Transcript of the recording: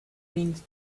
things